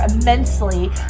immensely